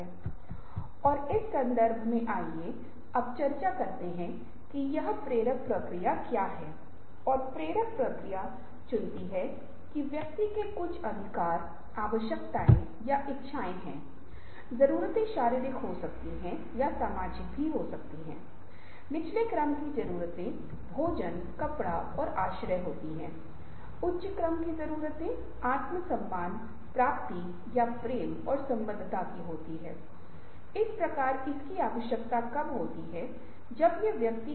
इसलिए संगठन के संदर्भ में नवीनीकरण व्यक्तिगत रचनात्मकता और पर्यावरण रचनात्मकता के बीच का परस्पर क्रिया है जो किसी भी संगठन में नवीनीकरण की प्रेरक शक्ति है